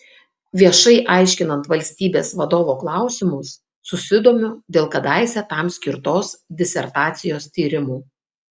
viešai aiškinant valstybės vadovo klausimus susidomiu dėl kadaise tam skirtos disertacijos tyrimų